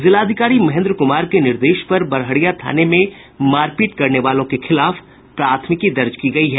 जिलाधिकारी महेन्द्र कुमार के निर्देश पर बड़हरिया थाने में मारपीट करने वालों के खिलाफ प्राथमिकी दर्ज की गयी है